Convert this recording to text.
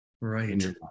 Right